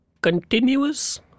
continuous